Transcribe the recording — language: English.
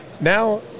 Now